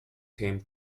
came